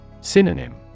Synonym